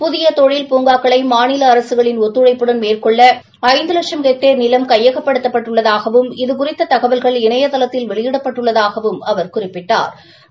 புதிய தொழில் பூங்காங்களை மாநில அரசுகளின் ஒத்துழைப்புடன் மேற்கொள்ள ஐந்து லட்சம் ஹெக்டோ் நிலம் கையகப்படுத்தப் பட்டுள்ளதாகவும் இது குறித்த தகவல்கள் இணையதளத்தில் வெளியிடப்பட்டள்ளதாகவும் அவர் குறிப்பிட்டாள்